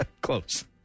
Close